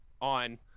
On